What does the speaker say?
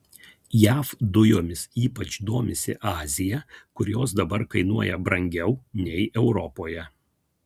jav dujomis ypač domisi azija kur jos dabar kainuoja brangiau nei europoje